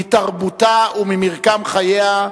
מתרבותה וממרקם חייה,